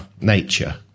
nature